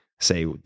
say